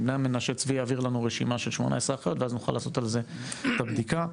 צבי יעביר לנו רשימה של 18 אחיות ואז נוכל לעשות על זה את הבדיקה.